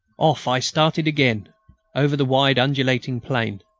off i started again over the wide undulating plain.